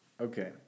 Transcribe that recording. okay